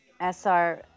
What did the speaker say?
SR